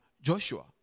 Joshua